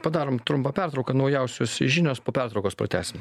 padarom trumpą pertrauką naujausios žinios po pertraukos pratęsim